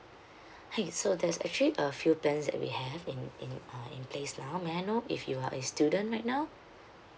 hi so there's actually a few plans that we have in in uh in place now may I know if you are a student right now